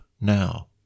now